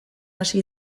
hasi